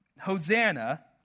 Hosanna